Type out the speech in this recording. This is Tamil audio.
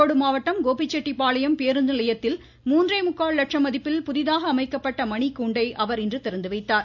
ஈரோடு மாவட்டம் கோபிசெட்டி பாளையம் பேருந்து நிலையத்தில் மூன்றே முக்கால் லட்சம் மதிப்பில் புதிதாக அமைக்கப்பட்ட மணிக்கூண்டை அவர் இன்று திறந்துவைத்தார்